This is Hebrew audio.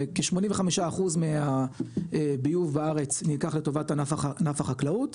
כ-85% מהביוב בארץ נלקח לטובת ענף החקלאות,